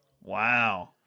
Wow